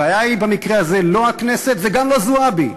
הבעיה היא במקרה הזה לא הכנסת וגם לא זועבי,